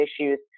issues